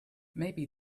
maybe